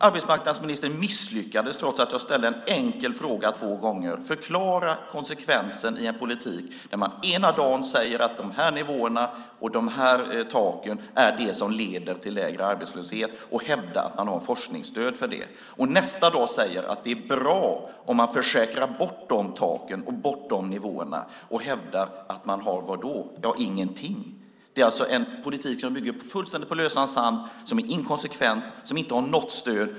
Arbetsmarknadsministern misslyckades med att förklara, trots att jag ställde en enkel fråga två gånger, konsekvensen i en politik där man ena dagen säger att de här nivåerna och de här taken är det som leder till lägre arbetslöshet och hävdar att man har forskningsstöd för det, och nästa dag säger att det är bra om man försäkrar bort de taken och de nivåerna och hävdar att man har - vadå? Ja, ingenting! Det är alltså en politik som fullständigt bygger på lösan sand, som är inkonsekvent och som inte har något stöd.